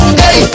hey